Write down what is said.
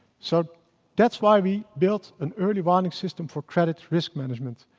so that's why we built an early warning system for credit risk management